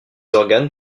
organes